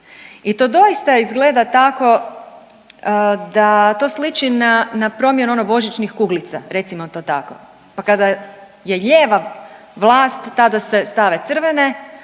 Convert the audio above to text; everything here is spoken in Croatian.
i to doista izgleda tako da to sliči na, na promjenu ono božićnih kuglica recimo to tako pa kada je lijeva vlast tada se stave crvene,